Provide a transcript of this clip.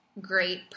great